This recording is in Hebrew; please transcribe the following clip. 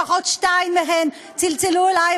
לפחות שתיים מהן צלצלו אלי,